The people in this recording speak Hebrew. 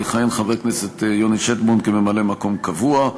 יכהן חבר הכנסת יוני שטבון כממלא-מקום קבוע.